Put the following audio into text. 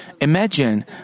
Imagine